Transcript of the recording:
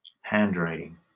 handwriting